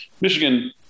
Michigan